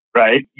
right